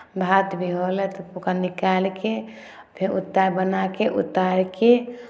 भात भी होलै तऽ ओकरा निकालि कऽ फेर ओतहि बना कऽ उतारि कऽ